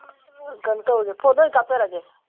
ꯀꯩꯅꯣ ꯇꯧꯔꯁꯦ ꯐꯣꯟꯗ ꯑꯣꯏ ꯀꯥꯞꯆꯔꯛꯑꯒꯦ